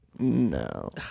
No